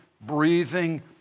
breathing